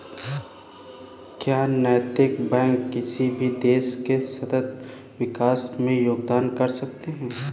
क्या नैतिक बैंक किसी भी देश के सतत विकास में योगदान कर सकते हैं?